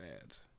ads